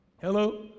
Hello